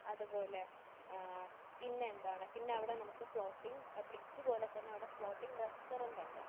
അതു പോലെ പിന്നെ എന്താണ് പിന്നെ അവിടെ നമുക്ക് ഫ്ളോട്ടിങ് ബ്രിഡ്ജ് പോലെ തന്നെ അവിടെ ഫ്ളോട്ടിങ് റെസ്റ്റോറൻ്റുമുണ്ട്